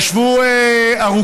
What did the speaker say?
הם ישבו ארוכות